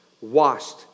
washed